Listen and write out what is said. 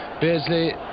Beardsley